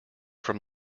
from